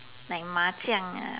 like 麻将：ma jiang ah